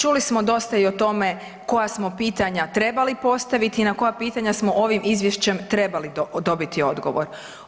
Čuli smo dosta i o tome koja smo pitanja trebali postaviti i na koja pitanja smo ovim Izvješćem trebali dobiti odgovor.